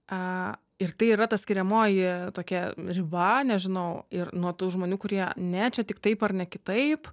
aaa ir tai yra ta skiriamoji tokia riba nežinau ir nuo tų žmonių kurie ne čia tik taip ar ne kitaip